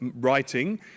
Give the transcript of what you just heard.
writing